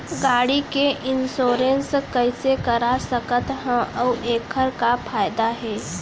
गाड़ी के इन्श्योरेन्स कइसे करा सकत हवं अऊ एखर का फायदा हे?